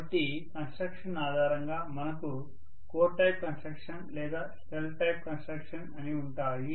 కాబట్టి కన్స్ట్రక్షన్ ఆధారంగా మనకు కోర్ టైప్ కన్స్ట్రక్షన్ లేదా షెల్ టైప్ కన్స్ట్రక్షన్ అని ఉంటాయి